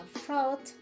fraud